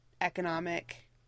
economic